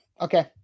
okay